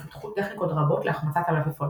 ופיתחו טכניקות רבות להחמצת המלפפונים.